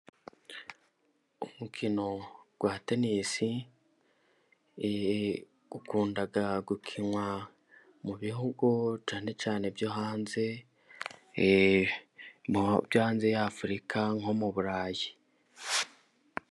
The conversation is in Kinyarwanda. Umukino wa tenisi ukunda gukinwa mu bihugu cyane cyane byo hanze, byo hanze ya Afurika nko mu Burayi.